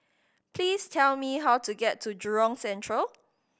please tell me how to get to Jurong Central